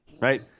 right